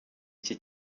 iki